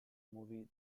movie